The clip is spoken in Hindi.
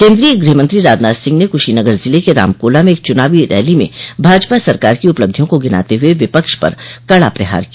केंद्रीय गृह मंत्री राजनाथ सिंह ने कुशीनगर जिले के रामकोला में एक चुनावी रैली में भाजपा सरकार की उपलब्धियों को गिनाते हुए विपक्ष पर कड़ा प्रहार किया